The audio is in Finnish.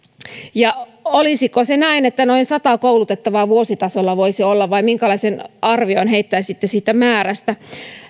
olisiko se näin että noin sata koulutettavaa vuositasolla voisi olla vai minkälaisen arvion heittäisitte siitä määrästä